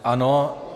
Ano.